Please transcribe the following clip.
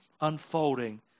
unfolding